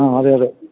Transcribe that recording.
ആ അതെയതെ